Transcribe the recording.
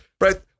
right